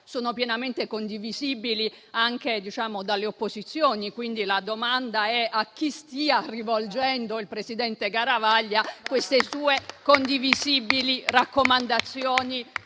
sono pienamente condivisibili anche dalle opposizioni. Quindi la domanda è a chi stia rivolgendo il presidente Garavaglia queste due condivisibili raccomandazioni